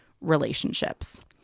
relationships